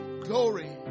Glory